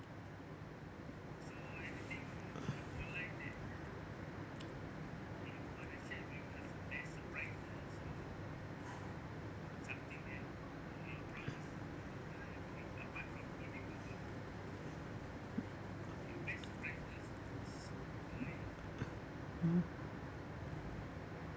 mm